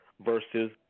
versus